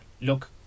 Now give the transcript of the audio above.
look